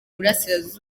burasirazuba